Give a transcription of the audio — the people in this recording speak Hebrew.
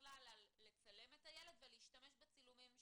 בכלל על לצלם את הילד ולהשתמש בצילומים שלו,